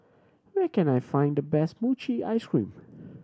where can I find the best mochi ice cream